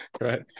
right